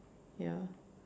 ya